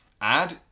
add